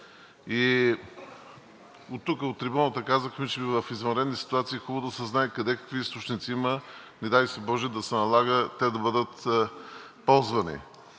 И тук от трибуната казахме, че в извънредни ситуации е хубаво да се знае къде какви източници има, не дай си боже, да се налага те да бъдат ползвани.